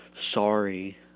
sorry